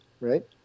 right